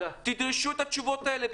תדרשו את התשובות האלה,